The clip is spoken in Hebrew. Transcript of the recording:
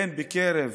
בקרב